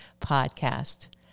podcast